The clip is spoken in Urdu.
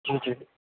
جی جی